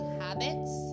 habits